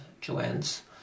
Joanne's